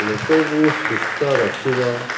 ଲୋକଙ୍କୁ ସୁସ୍ଥ ରଖିବ